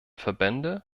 verbände